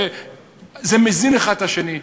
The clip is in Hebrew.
זה מזין האחד את השני.